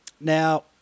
Now